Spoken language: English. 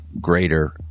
greater